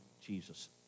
Jesus